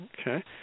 okay